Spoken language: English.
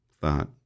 thought